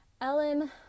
Ellen